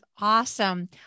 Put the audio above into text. awesome